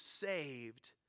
saved